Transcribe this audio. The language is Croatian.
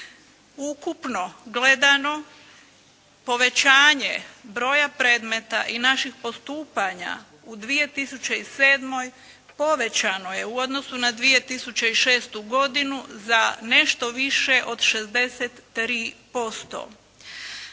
Ukupno gledano povećanje broja predmeta i naših postupanja u 2007. povećano je u odnosu na 2006. godinu za nešto više od 63%.